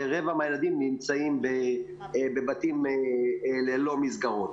ורבע מהילדים נמצאים בבתים ללא מסגרות.